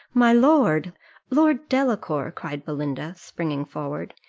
my lord lord delacour, cried belinda, springing forward,